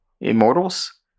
Immortals